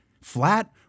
Flat